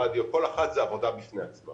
רדיו וכל אחד זאת עבודה בפני עצמה.